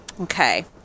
Okay